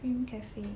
Kream Cafe